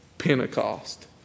Pentecost